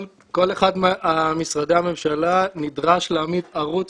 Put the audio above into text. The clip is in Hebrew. כל אחד ממשרדי הממשלה נדרש להעמיד ערוץ